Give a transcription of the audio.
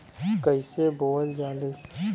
कईसे बोवल जाले?